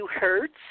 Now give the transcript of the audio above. hertz